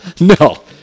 No